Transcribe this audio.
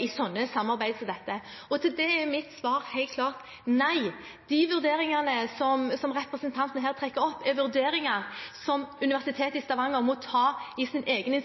i slike samarbeid som dette? På det er mitt svar helt klart: Nei. De vurderingene som representanten her trekker opp, er vurderinger som Universitetet i Stavanger må ta i sin egen